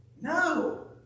No